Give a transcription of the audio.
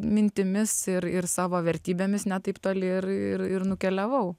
mintimis ir ir savo vertybėmis ne taip toli ir ir nukeliavau